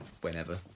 whenever